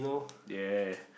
yea